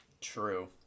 True